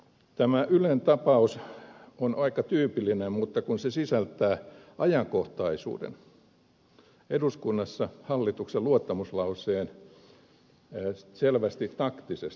tämä ylen tapaus on aika tyypillinen mutta se sisältää ajankohtaisuuden eduskunnassa hallituksen luottamuslauseen selvästi taktisesti